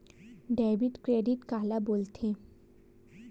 Debit credit काला बोल थे?